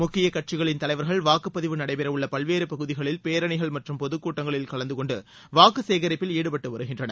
முக்கிய கட்சிகளின் தலைவர்கள் வாக்குப்பதிவு நடைபெறவுள்ள பல்வேறு பகுதிகளில் பேரணிகள் மற்றும் பொதுக்கூட்டங்களில் கலந்துகொண்டு வாக்கு சேகரிப்பில் ஈடுபட்டு வருகின்றனர்